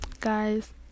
guys